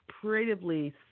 creatively